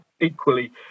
equally